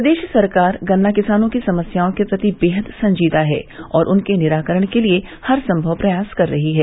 प्रदेश सरकार गन्ना किसानों की समस्याओं के प्रति बेहद संजीदा है और उनके निवारण के लिए हरसंभव प्रयास कर रही है